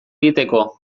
egiteko